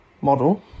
model